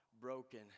broken